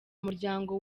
muryango